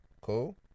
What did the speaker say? Cool